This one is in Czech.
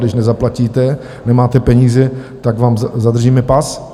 A když nezaplatíte, nemáte peníze, tak vám zadržíme pas.